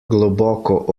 globoko